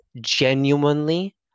genuinely